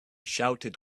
shouted